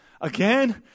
again